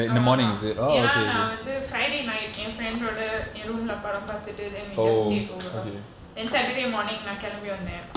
ஆமாநான்வந்து:aama naan vandhu friday night என்:en friend ஓடஎன்:oda en room lah படம்பாத்துட்டு:padam paathuttu then we just stayed over then saturday morning கெளம்பிவந்தேன்:kelambi vandhen